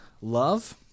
Love